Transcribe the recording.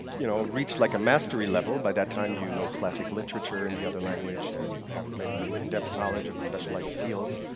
you know, reach like a mastery level. by that time, you know classic literature in the other language and have maybe in-depth knowledge of specialized fields.